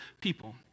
people